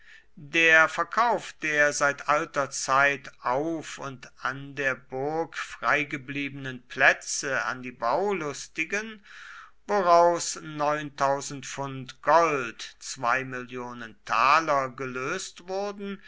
der verkauf der seit alter zeit auf und an der burg freigebliebenen plätze an die baulustigen woraus pfund gold gelöst wurden